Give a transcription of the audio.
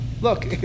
look